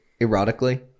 erotically